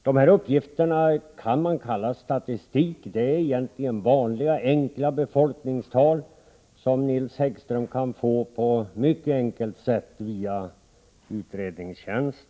Det här uppgifterna kan man kalla statistik. Det är egentligen vanliga enkla befolkningstal, som Nils Häggström kan få på ett mycket enkelt sätt via riksdagens utredningstjänst.